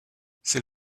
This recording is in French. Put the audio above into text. c’est